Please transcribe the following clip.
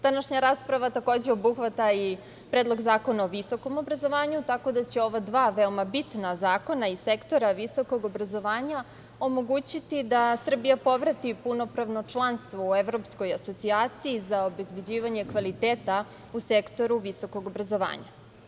Današnja rasprava, takođe, obuhvata i Predlog zakona o visokom obrazovanju, tako da će ova dva veoma bitna zakona iz sektora visokog obrazovanja omogućiti da Srbija povrati punopravno članstvo u Evropskoj asocijaciji za obezbeđivanje kvaliteta u sektoru visokog obrazovanja.